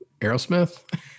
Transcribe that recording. Aerosmith